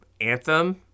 anthem